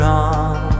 on